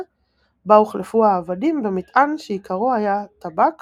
- בה הוחלפו העבדים במטען שעיקרו היה טבק